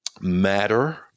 matter